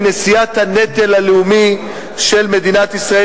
מנשיאת הנטל הלאומי של מדינת ישראל,